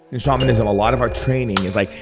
in shamanism, a lot of our training is like,